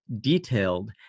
detailed